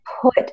put